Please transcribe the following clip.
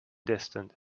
distant